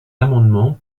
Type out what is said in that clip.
amendement